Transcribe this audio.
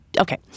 Okay